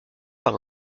par